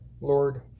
Lord